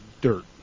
dirt